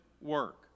work